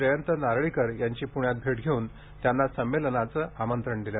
जयंत नारळीकर यांची प्ण्यात भेट घेऊन त्यांना संमेलनाचं निमंत्रण दिलं